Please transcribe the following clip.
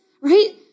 Right